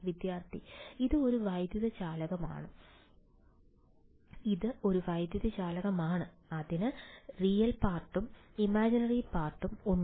വിദ്യാർത്ഥി ഇത് ഒരു വൈദ്യുതചാലകമാണ് ഇത് ഒരു വൈദ്യുതചാലകമാണ് അതിന് റിയൽ പാർട്ടും ഇമാജിനറി പാർട്ടും പാർട്ടും ഉണ്ട്